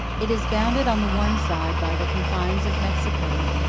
it is bounded on the one side by the confines of mexico,